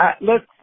Look